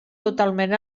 totalment